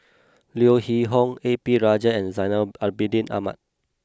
Leo Hee Tong A P Rajah and Zainal Abidin Ahmad